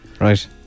Right